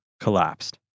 collapsed